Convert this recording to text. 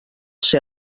ser